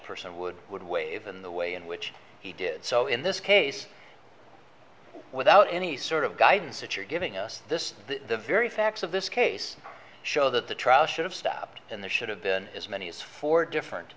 person would would waive in the way in which he did so in this case without any sort of guidance that you're giving us this the very facts of this case show that the trial should have stopped and the should have been as many as four different